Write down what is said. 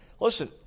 Listen